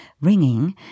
ringing